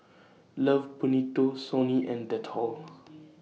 Love Bonito Sony and Dettol